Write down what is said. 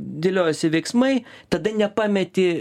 dėliojosi veiksmai tada nepameti